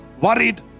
worried